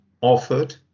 offered